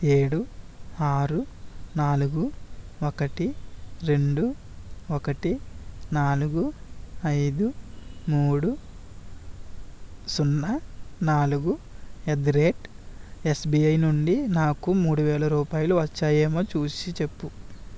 ఏడు ఆరు నాలుగు ఒకటి రెండు ఒకటి నాలుగు ఐదు మూడు సున్నా నాలుగు ఎట్ ది రేట్ ఎస్బీఐ నుండి నాకు మూడు వేల రూపాయలు వచ్చాయేమో చూసి చెప్పు